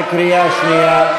בקריאה שנייה.